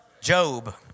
Job